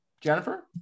Jennifer